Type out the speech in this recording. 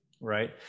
Right